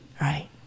right